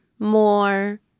More